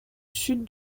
sud